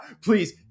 please